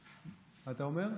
מה אתה אומר?